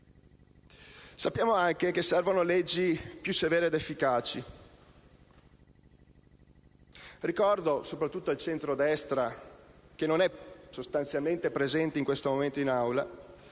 Sappiamo anche che servono leggi più severe ed efficaci. Ricordo, soprattutto al centrodestra, che non è sostanzialmente presente in questo momento in Aula,